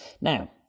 Now